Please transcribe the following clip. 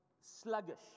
sluggish